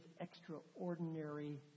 extraordinary